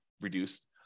reduced